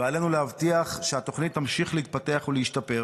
ועלינו להבטיח שהתוכנית תמשיך להתפתח ולהשתפר,